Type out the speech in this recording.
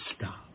Stop